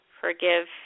forgive